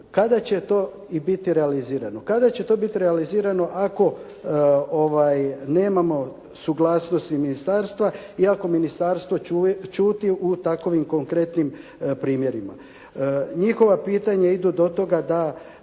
Kada će to biti realizirano? Kada će to biti realizirano ako nemamo suglasnosti ministarstva i ako ministarstvo čuti u takovim konkretnim primjerima. Njihova pitanja idu do toga da